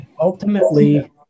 ultimately